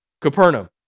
Capernaum